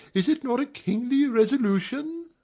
is it not a kingly resolution?